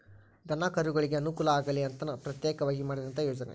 ದನಕರುಗಳಿಗೆ ಅನುಕೂಲ ಆಗಲಿ ಅಂತನ ಪ್ರತ್ಯೇಕವಾಗಿ ಮಾಡಿದಂತ ಯೋಜನೆ